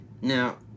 Now